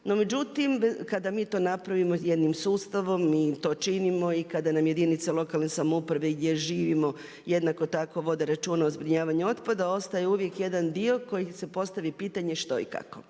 No, međutim kada mi to napravimo jednim sustavom mi to činimo i kada nam jedinice lokalne samouprave gdje živimo jednako tako vode računa o zbrinjavanju otpada. Ostaje uvijek jedan dio koji se postavi pitanje što i kako.